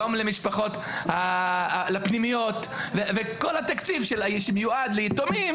יום לפנימיות וכל התקציב שמיועד ליתומים